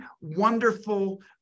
wonderful